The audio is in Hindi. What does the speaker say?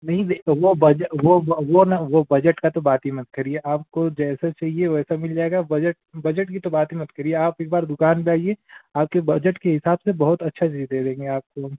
नहीं वे तो वो बजा वो वो ना वो बजट का तो बात ही मत करिए आपको जैसा चाहिए वैसा मिल जाएगा बजट बजट की तो बात ही मत करिए आप एक बार दुकान पर आइए आपके बजट के हिसाब से बहुत अच्छा चीज दे देंगे आपको हम